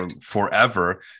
forever